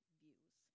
views